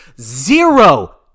Zero